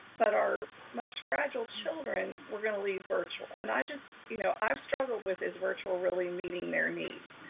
but our most fragile children, we're gonna leave virtual. and i just, you know, i've struggled with is virtual really meeting their needs.